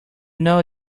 know